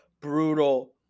brutal